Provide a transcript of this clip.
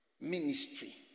ministry